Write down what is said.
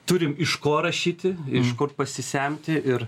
turim iš ko rašyti iš kur pasisemti ir